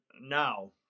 now